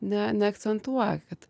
ne neakcentuoja kad